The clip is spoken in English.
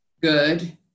good